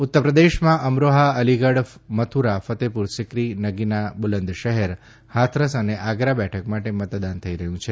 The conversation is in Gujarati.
ઉત્તરપ્રદેશમાં અમરોફા અલીગઢ મથુરા ફતેપુર સિક્રી નગીના બુલંદશફેર ફાથરસ અને આગ્રા બેઠક માટે મતદાન થઈ રહ્યું છે